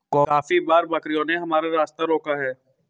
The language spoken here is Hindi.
काफी बार बकरियों ने हमारा रास्ता रोका है